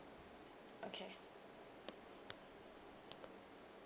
okay